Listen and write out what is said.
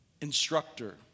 instructor